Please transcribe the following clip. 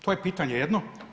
To je pitanje jedno.